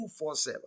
247